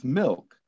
milk